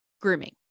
grooming